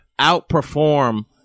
outperform